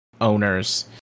owners